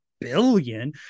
billion